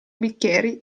bicchieri